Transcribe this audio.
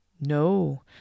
No